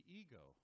ego